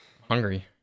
Hungry